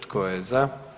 Tko je za?